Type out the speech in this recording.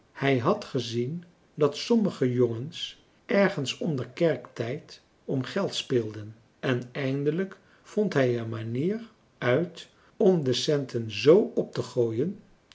hij had gezien dat sommige jongens ergens onder kerktijd om geld speelden en eindelijk vond hij een manier uit om de centen zoo op te gooien